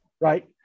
right